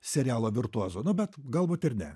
serialo virtuozu nu bet galbūt ir ne